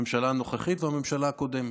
הממשלה הנוכחית והממשלה הקודמת.